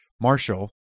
Marshall